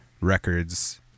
records